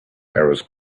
hours